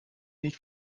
nicht